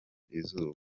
izuba